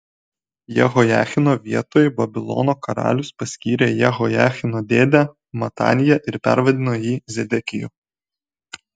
jehojachino vietoj babilono karalius paskyrė jehojachino dėdę mataniją ir pervardijo jį zedekiju